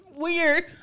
weird